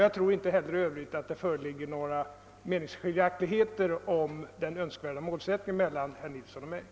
Jag tror inte heller att det i övrigt föreligger några meningsskiljaktigheter mellan herr Nilsson och mig i fråga om den önskvärda målsättningen.